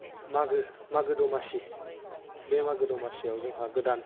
मागो मागो दमासि बे मागो दमासियाव जोंहा गोदान